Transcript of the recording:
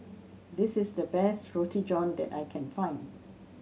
this is the best Roti John that I can find